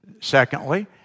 Secondly